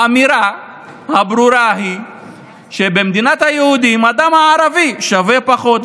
האמירה הברורה היא שבמדינת היהודים הדם הערבי שווה פחות.